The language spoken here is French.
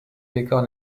décor